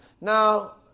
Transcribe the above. now